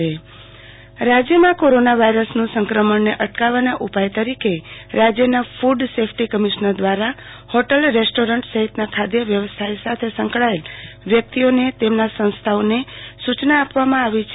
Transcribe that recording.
આરતી ભટ ખાદ્ય વ્યવસાય તકેદારી રાજયમાં કોરોના વાયરસનું સંક્રમણ અટકાવવાના ઉપાય તરીકે રાજયના ફંડ સેફટી કમિશ્નર દવારા હોટલ રેસ્ટોરેન્ટ સહિતના ખાદ્ય વ્યવસ્થા સાથે સંકડાયેલ વ્યકિતઓ તેમ સંસ્થાઓને સૂચના આપવામાં આવી છે